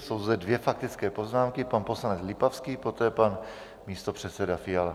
Jsou zde dvě faktické poznámky pan poslanec Lipavský, poté pan místopředseda Fiala.